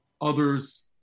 others